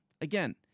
again